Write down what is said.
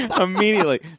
Immediately